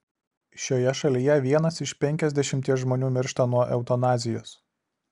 šioje šalyje vienas iš penkiasdešimties žmonių miršta nuo eutanazijos